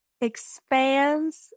expands